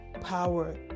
power